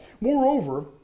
Moreover